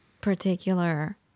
particular